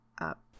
up